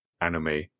anime